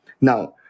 Now